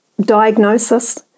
diagnosis